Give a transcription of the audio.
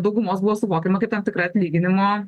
daugumos buvo suvokiama kaip tam tikra atlyginimo